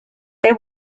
they